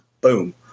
boom